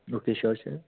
okay sure sir